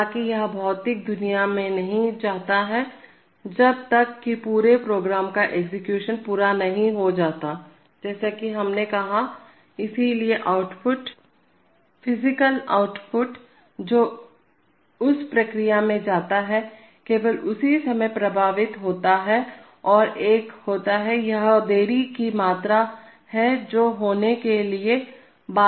हालांकि यह भौतिक दुनिया में नहीं जाता है जब तक कि पूरे प्रोग्राम का एग्जीक्यूशन पूरा नहीं हो जाता है जैसा कि हमने कहा है इसलिए आउटपुट फिजिकल आउटपुट जो उस प्रक्रिया में जाता है केवल उसी समय प्रभावित होता है और एक होता है यह देरी की मात्रा है जो होने के लिए बाध्य है